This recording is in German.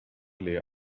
leer